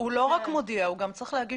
הוא לא רק מודיע אלא הוא צריך להגיש